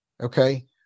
okay